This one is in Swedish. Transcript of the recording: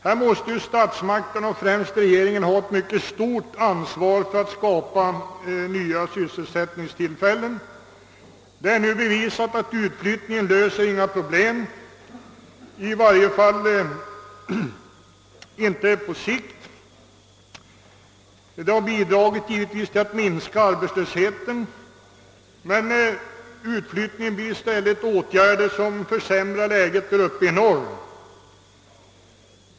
Här måste statsmakterna ha ett mycket stort ansvar för att skapa nya sysselsättningstillfällen. Det är nu bevisat att utflyttningen inte löser några problem, i varje fall inte på sikt. Givetvis har den bidragit till att minska arbetslösheten, men den försämrar läget uppe i norr.